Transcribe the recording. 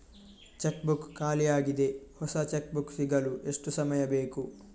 Check book ಖಾಲಿ ಯಾಗಿದೆ, ಹೊಸ ಚೆಕ್ ಬುಕ್ ಸಿಗಲು ಎಷ್ಟು ಸಮಯ ಬೇಕು?